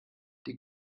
die